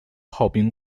炮兵